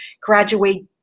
graduate